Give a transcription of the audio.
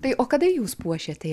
tai o kada jūs puošėtė